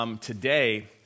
today